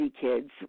kids